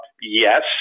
Yes